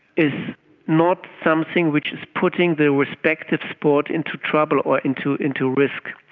is not something which is putting the respective sport into trouble or into into risk,